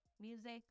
music